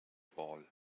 ball